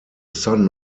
son